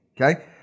Okay